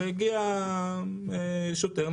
הגיע שוטר,